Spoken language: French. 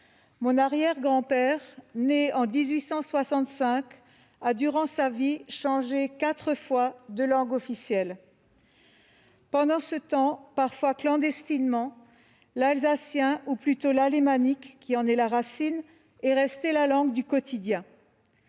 Mon arrière-grand-père, né en 1865, a, durant sa vie, changé quatre fois de langue officielle. Pendant ce temps, parfois clandestinement, l'alsacien, l'alémanique, plutôt, qui en est la racine, est resté la langue du quotidien.